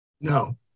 No